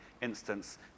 instance